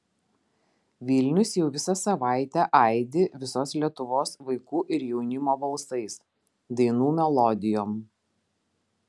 vilnius jau visą savaitę aidi visos lietuvos vaikų ir jaunimo balsais dainų melodijom